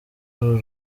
uru